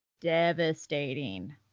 devastating